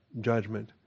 judgment